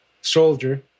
soldier